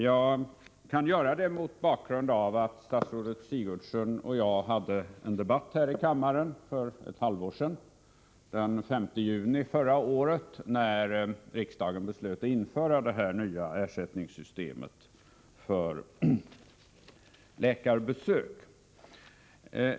Jag kan göra det mot bakgrund av att statsrådet Sigurdsen och jag hade en debatt här i kammaren för ett halvår sedan, den 5 juni förra året, när riksdagen beslöt att införa det nya ersättningssystemet för läkarbesök.